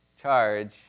charge